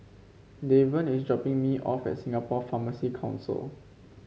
Deven is dropping me off at Singapore Pharmacy Council